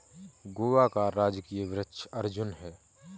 गोवा का राजकीय वृक्ष अर्जुन है